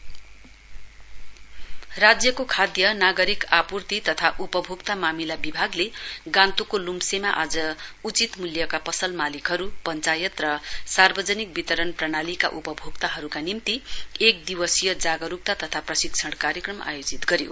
training on fair price राज्यको खाद्यनागरिक आपूर्ति तथा उपभोक्ता मामिला विभागले गान्तोकको लुम्सेमा आज उचित मूल्यका पसल मालिकहरू पञ्चायत र सार्वजनिक वितरण प्रणालीका लाभार्थीहरूका निम्ति एक दिवसीय जागरूकता तथा प्रशिक्षण कार्यक्रम आयोजित गर्यो